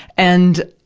and,